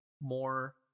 more